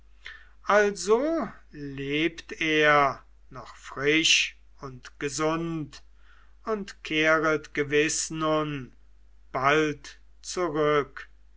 also lebt er noch frisch und gesund und kehret gewiß nun bald zurück